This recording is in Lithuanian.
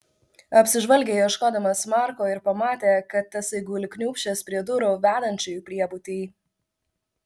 apsižvalgė ieškodamas marko ir pamatė kad tasai guli kniūbsčias prie durų vedančių į priebutį